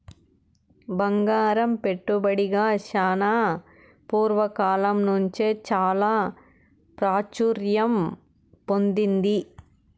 బంగారం పెట్టుబడిగా చానా పూర్వ కాలం నుంచే చాలా ప్రాచుర్యం పొందింది